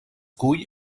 cull